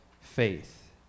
faith